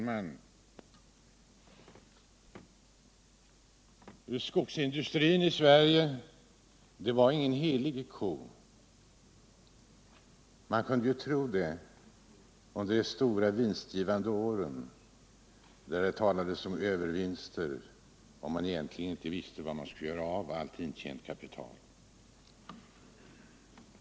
Herr talman! Skogsindustrin var ingen helig ko. Man kunde tro det under de stora vinstgivande åren när det talades om övervinster och när man egentligen inte visste var man skulle göra av allt intjänat kapital.